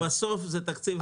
אבל בסוף זה תקציב אחד.